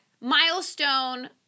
Milestone